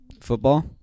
Football